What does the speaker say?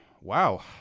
Wow